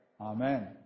Amen